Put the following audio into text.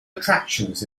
attractions